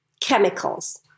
chemicals